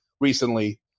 recently